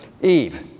Eve